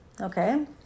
okay